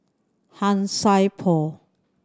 Han Sai Por